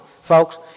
folks